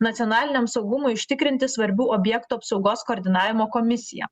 nacionaliniam saugumui užtikrinti svarbių objektų apsaugos koordinavimo komisija